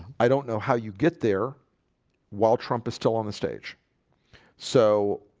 i don't know how you get there while trump is still on the stage so,